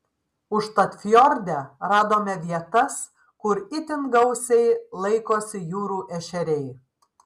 užtat fjorde radome vietas kur itin gausiai laikosi jūrų ešeriai